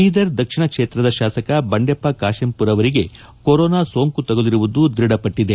ಬೀದರ್ ದಕ್ಷಿಣ ಕ್ಷೇತ್ರದ ಶಾಸಕ ಬಂಡೆಪ್ಪ ಕಾಶೆಂಮರ ಅವರಿಗೆ ಕೊರೋನಾ ಸೋಂಕು ತಗಲಿರುವುದು ದ್ವಢಪಟ್ಟಿದೆ